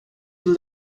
you